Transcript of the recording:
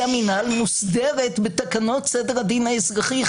המינהל מוסדרת בתקנות סדר הדין האזרחי,